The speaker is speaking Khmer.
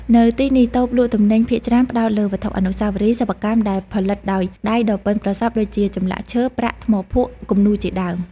នៅទីនេះ តូបលក់ទំនិញភាគច្រើនផ្តោតលើវត្ថុអនុស្សាវរីយ៍សិប្បកម្មដែលផលិតដោយដៃដ៏ប៉ិនប្រសប់ដូចជាចម្លាក់ឈើ ប្រាក់ ថ្មភក់ គំនូរជាដើម។